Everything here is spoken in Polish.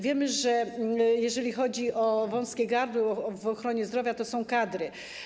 Wiemy, że jeżeli chodzi o wąskie gardło w ochronie zdrowia, to są kadry.